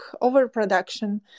overproduction